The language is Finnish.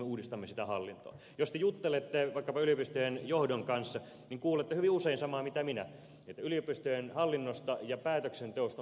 jos te juttelette vaikkapa yliopistojen johdon kanssa kuulette hyvin usein samaa mitä minä että yliopistojen hallinnosta ja päätöksenteosta on tullut dynaamisempaa